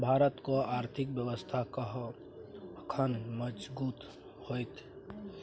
भारतक आर्थिक व्यवस्था कखन मजगूत होइत?